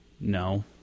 No